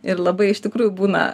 ir labai iš tikrųjų būna